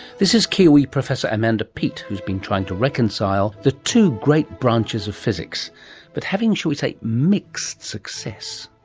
this is kiwi professor amanda peet who's been trying to reconcile the two great branches of physics but having, shall we say, mixed success.